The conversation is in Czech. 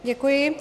Děkuji.